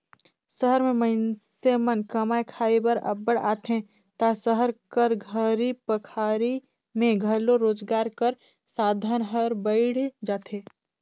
सहर में मइनसे मन कमाए खाए बर अब्बड़ आथें ता सहर कर घरी पखारी में घलो रोजगार कर साधन हर बइढ़ जाथे